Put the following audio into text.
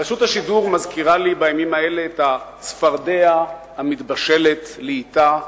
רשות השידור מזכירה לי בימים האלה את הצפרדע המתבשלת לאטה במים.